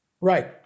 Right